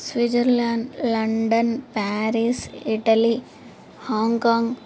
Switzerland London Paris Italy Hong Kong